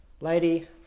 lady